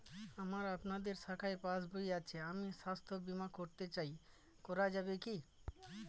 আমার আপনাদের শাখায় পাসবই আছে আমি স্বাস্থ্য বিমা করতে চাই করা যাবে কি?